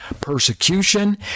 persecution